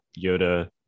yoda